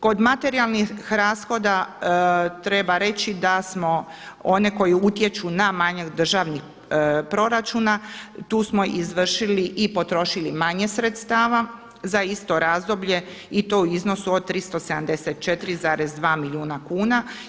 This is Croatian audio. Kod materijalnih rashoda treba reći da smo one koje utječu na manjak državnog proračuna, tu smo izvršili i potrošili manje sredstava za isto razdoblje i to u iznosu od 374,2 milijuna kuna.